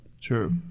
True